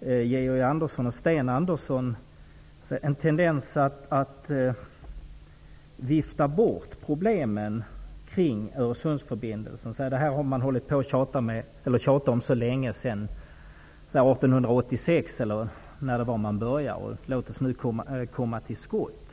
Georg Andersson och Sten Andersson i Malmö -- en tendens att vifta bort problemen kring Öresundsförbindelsen. Det sägs att man har tjatat om denna fråga sedan 1886, eller när det nu var man började, och låt oss nu komma till skott.